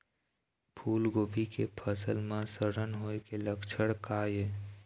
फूलगोभी के फसल म सड़न होय के लक्षण का ये?